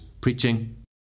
preaching